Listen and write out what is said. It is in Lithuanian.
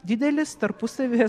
didelis tarpusavyje